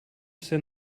send